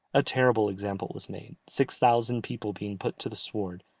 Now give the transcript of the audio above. a terrible example was made, six thousand people being put to the sword,